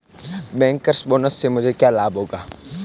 Bankers bonus से मुझे क्या लाभ होगा?